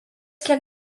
kiek